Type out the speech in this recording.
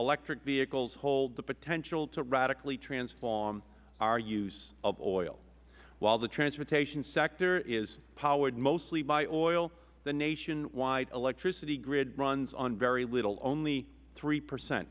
electric vehicles hold the potential to radically transform our use of oil while the transportation sector is powered mostly by oil the nationwide electricity grid runs on very little only three percent